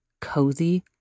cozy